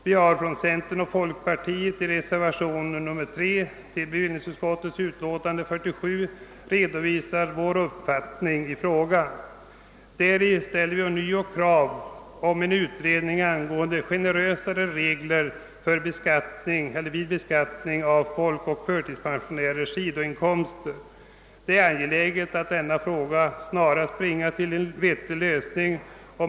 Vi har från centern och folkpartiet i reservation nr 3 till bevillningsutskottets betänkande nr 47 redovisat vår uppfattning i frågan. Däri ställs ånyo krav om en utredning angående generösare regler för beskattning av folkoch förtidspensionärers sidoinkomster. Det är angeläget att denna fråga snarast bringas till en vettig lösning.